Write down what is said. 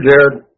Jared